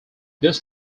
this